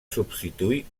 substituir